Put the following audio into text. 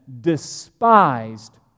despised